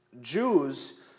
Jews